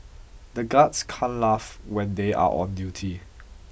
the guards can't laugh when they are on duty